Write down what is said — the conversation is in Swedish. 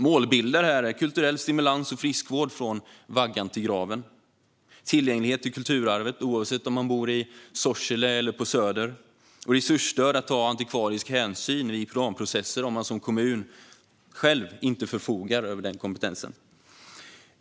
Målbilder här är kulturell stimulans och friskvård från vaggan till graven, tillgänglighet till kulturarvet oavsett om man bor i Sorsele eller på Södermalm och resursstöd att ta antikvarisk hänsyn vid planprocesser om kommunen själv inte förfogar över den kompetensen.